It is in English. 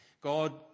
God